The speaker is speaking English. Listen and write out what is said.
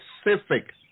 specific